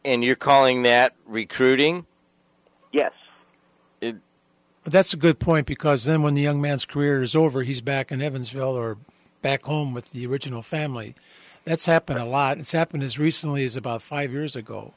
and you're calling that recruiting yes but that's a good point because then when the young man's career is over he's back in evansville or back home with the original family that's happened a lot and so happened as recently as about five years ago